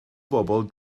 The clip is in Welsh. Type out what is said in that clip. bobol